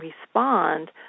respond